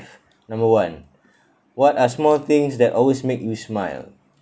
number one what are small things that always make you smile